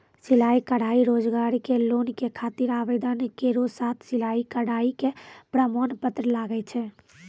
सिलाई कढ़ाई रोजगार के लोन के खातिर आवेदन केरो साथ सिलाई कढ़ाई के प्रमाण पत्र लागै छै?